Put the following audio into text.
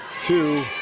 two